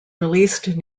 released